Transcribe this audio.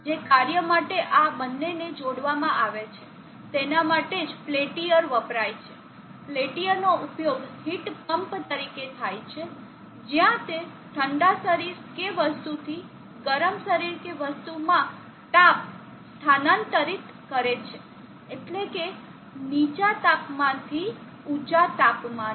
જે કાર્ય માટે આ બંનેને જોડવામાં આવે છે તેના માટે જ પેલ્ટીયર વપરાય છે પેલ્ટીયરનો ઉપયોગ હીટ પમ્પ તરીકે થાય છે જ્યાં તે ઠંડા શરીર કે વસ્તુથી ગરમ શરીર કે વસ્તુમાં તાપ સ્થાનાંતરિત કરે છે એટલે કે નીચા તાપમાનથી ઊચા તાપમાને